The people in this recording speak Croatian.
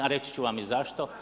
A reći ću vam i zašto.